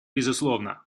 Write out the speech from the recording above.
безусловно